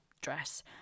dress